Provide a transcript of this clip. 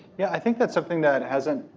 yeah, i think that's something that hasn't